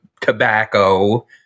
tobacco